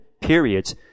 periods